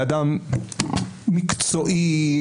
באדם מקצועי,